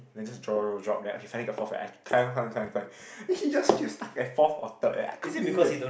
then I just drop drop drop drop drop drop then okay finally got fourth right I climb climb climb then he just keep stuck at fourth or third eh I can't believe eh